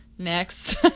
Next